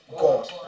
God